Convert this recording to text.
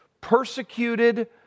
persecuted